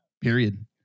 period